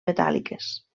metàl·liques